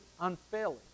unfairly